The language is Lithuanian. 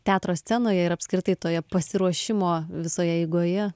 teatro scenoj ir apskritai toje pasiruošimo visoje eigoje